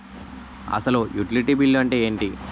అసలు utility bill అంతే ఎంటి?